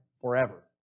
forever